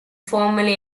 formally